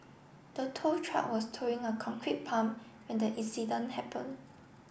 the tow truck was towing a concrete pump when the incident happen